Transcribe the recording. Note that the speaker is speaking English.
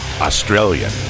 Australian